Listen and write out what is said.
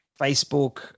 facebook